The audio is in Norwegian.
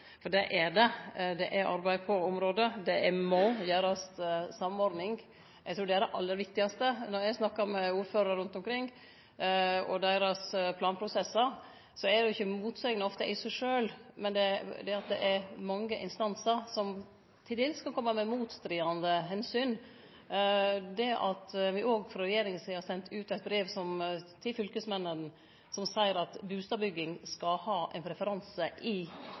for det er det. Det er arbeid på området. Det må gjerast samordning, eg trur det er det aller viktigaste. Når eg snakkar med ordførarar rundt omkring om deira planprosessar, er det ofte ikkje snakk om motsegn i seg sjølv, men at det er mange instansar som til dels kan kome med motstridande omsyn. Me har òg frå regjeringa si side sendt ut eit brev til fylkesmennene som seier at bustadbygging skal ha ein preferanse i